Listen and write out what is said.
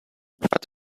but